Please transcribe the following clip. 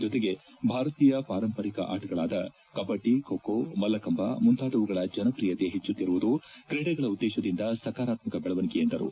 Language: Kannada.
ಜತೆಗೆ ಭಾರತೀಯ ಪಾರಂಪರಿಕ ಆಟಗಳಾದ ಕಬಡ್ಡಿ ಮೋಮೋ ಮಲ್ಲಕಂಬ ಮುಂತಾದವುಗಳ ಜನಪ್ರಿಯತೆ ಹೆಚ್ಚುತ್ತಿರುವುದು ಕ್ರೀಡೆಗಳ ಉದ್ದೇಶದಿಂದ ಸಕಾರಾತ್ಮಕ ಬೆಳವಣಿಗೆ ಎಂದರು